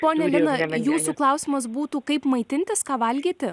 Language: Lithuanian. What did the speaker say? ponia lina jūsų klausimas būtų kaip maitintis ką valgyti